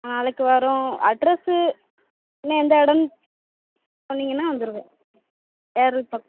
நாளைக்கு வரோம் அட்ரஸு என்ன எந்த இடன்னு சொன்னிங்கன்னால் வந்துடுவேன் ஏரல் பக்கம்